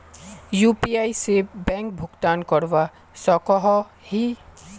UPI से bank भुगतान करवा सकोहो ही?